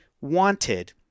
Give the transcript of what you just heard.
wanted